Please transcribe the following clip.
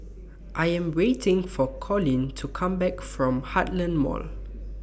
I Am waiting For Coleen to Come Back from Heartland Mall